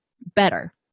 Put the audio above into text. better